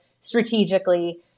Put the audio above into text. strategically